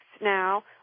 now